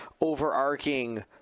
overarching